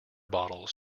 bottles